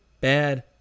bad